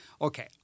Okay